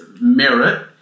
merit